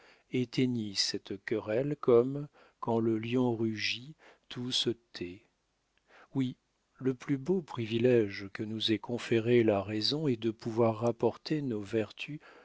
éteignit cette querelle comme quand le lion rugit tout se tait oui le plus beau privilége que nous ait conféré la raison est de pouvoir rapporter nos vertus